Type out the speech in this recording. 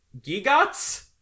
GIGOTS